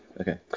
Okay